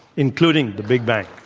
including the big bang.